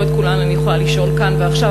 לא את כולן אני יכולה לשאול כאן ועכשיו,